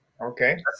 Okay